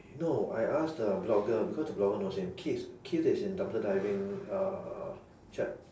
no I asked the blogger because the blogger knows him keith keith is in dumpster diving uh chat